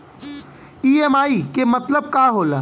EMI के मतलब का होला?